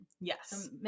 Yes